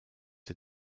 der